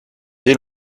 dès